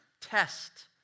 test